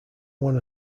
one